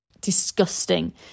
disgusting